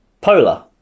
Polar